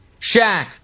Shaq